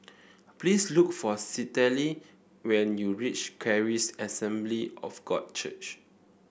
please look for Citlali when you reach Charis Assembly of God Church